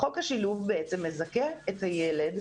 חוק השילוב בעצם מזכה ילד,